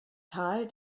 tal